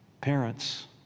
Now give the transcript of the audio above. parents